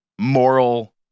moral